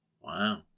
wow